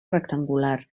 rectangular